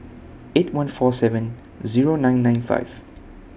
eight one four seven Zero nine nine five